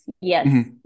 yes